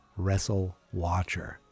WrestleWatcher